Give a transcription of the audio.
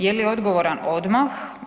Je li odgovoran odmah?